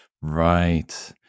Right